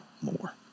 more